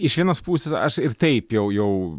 iš vienos pusės aš ir taip jau jau